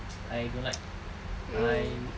I don't like I would